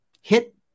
hit